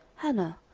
hannah,